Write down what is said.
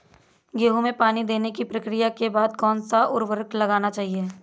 गेहूँ में पानी देने की प्रक्रिया के बाद कौन सा उर्वरक लगाना चाहिए?